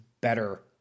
better